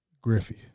Griffey